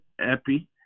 epi